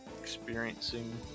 Experiencing